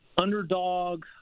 underdog